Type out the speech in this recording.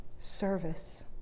service